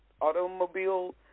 automobile